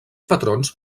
patrons